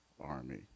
army